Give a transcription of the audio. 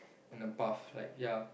in a path like ya